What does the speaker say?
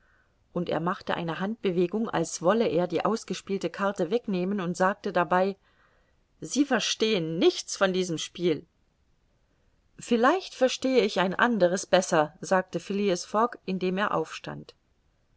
und er machte eine handbewegung als wolle er die ausgespielte karte wegnehmen und sagte dabei sie verstehen nichts von diesem spiel vielleicht verstehe ich ein anderes besser sagte phileas fogg indem er aufstand